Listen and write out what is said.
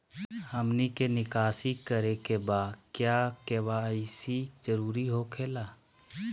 हमनी के निकासी करे के बा क्या के.वाई.सी जरूरी हो खेला?